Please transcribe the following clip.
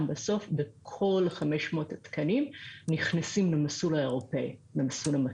בסוף וכל 500 התקנים נכנסים למסלול הירוק הזה.